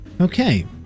Okay